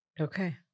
Okay